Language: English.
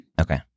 Okay